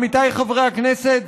עמיתיי חברי הכנסת,